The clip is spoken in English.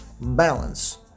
balance